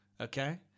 Okay